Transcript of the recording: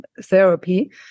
therapy